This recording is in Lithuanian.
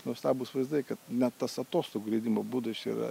nuostabūs vaizdai kad net tas atostogų leidimo būdas čia yra